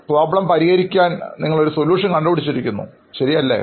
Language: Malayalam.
പ്രോബ്ലം പരിഹരിക്കുവാൻ നിങ്ങളൊരു സൊല്യൂഷൻ കണ്ടുപിടിച്ചിരിക്കുന്നു ശരിയല്ലേ